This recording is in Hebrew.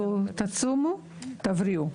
תצומו תבריאו.